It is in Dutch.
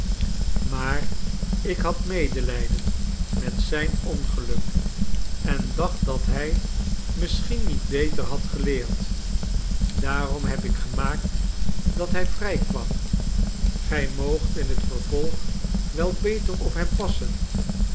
maar ik had medelijden met zijn ongeluk en dacht dat hij misschien niet beter had geleerd daarom heb ik gemaakt dat hij vrij kwam gij moogt in het vervolg wel beter op hem passen